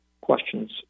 questions